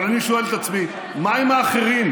אבל אני שואל את עצמי מה עם האחרים.